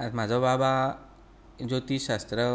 आनी म्हजो बाबा ज्योतिशशास्त्रा